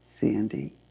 Sandy